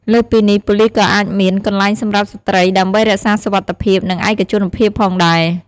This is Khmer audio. លើសពីនេះ ប៉ូលិសក៏អាចមាន កន្លែងសម្រាប់ស្ត្រីដើម្បីរក្សាសុវត្ថិភាព និងឯកជនភាពផងដែរ។